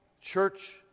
church